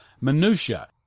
minutiae